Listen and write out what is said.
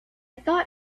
thought